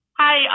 hi